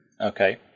okay